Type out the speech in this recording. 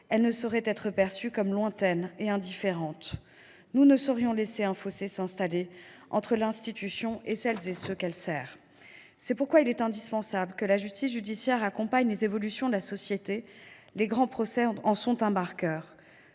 elle ne doit pas être perçue comme lointaine et indifférente ; nous ne saurions laisser s’installer un fossé entre l’institution et celles et ceux qu’elle sert. C’est pourquoi il est indispensable que la justice judiciaire accompagne les évolutions de la société, dont les grands procès sont un marqueur.